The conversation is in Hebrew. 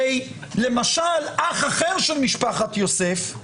הרי, למשל, אח אחר של משפחות יוסף,